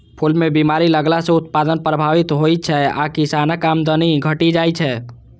फूल मे बीमारी लगला सं उत्पादन प्रभावित होइ छै आ किसानक आमदनी घटि जाइ छै